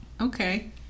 Okay